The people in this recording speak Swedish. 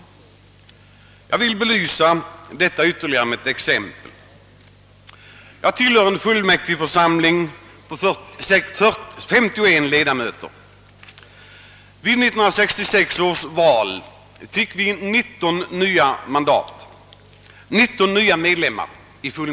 Jag vill belysa detta ytterligare med ett exempel. Jag tillhör en fullmäktigeförsamling på 51 ledamöter. Vid 1966 års val fick vi 19 nya ledamöter.